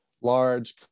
large